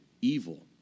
evil